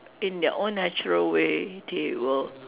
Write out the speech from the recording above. in their own natural way they will